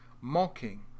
mocking